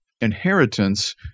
inheritance